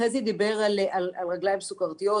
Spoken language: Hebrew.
חזי דיבר על רגליים סוכרתיות,